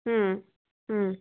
হুম হুম